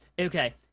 okay